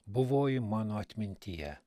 buvoji mano atmintyje